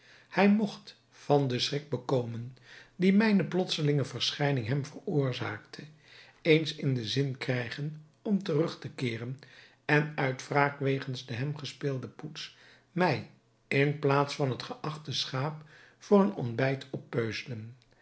hij mogt van den schrik bekomen die mijne plotselinge verschijning hem veroorzaakte eens in den zin krijgen om terug te keeren en uit wraak wegens de hem gespeelde poets mij in plaats van het gedachte schaap voor een ontbijt oppeuzelen